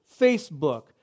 Facebook